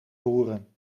roeren